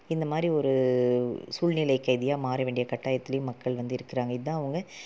இந்தமாதிரி ஒரு சூழ்நிலை கைதியாக மாறவேண்டிய கட்டாயத்துலையும் மக்கள் வந்து இருக்குறாங்க இதான் அவங்க